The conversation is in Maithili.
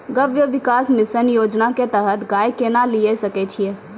गव्य विकास मिसन योजना के तहत गाय केना लिये सकय छियै?